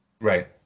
Right